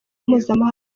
mpuzamahanga